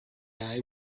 eye